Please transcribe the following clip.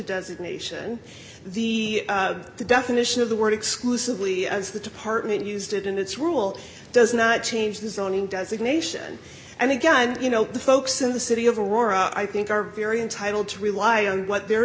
designation the definition of the word exclusively as the department used in its rule does not change the zoning designation and again you know the folks in the city of aurora i think are very entitled to rely on what the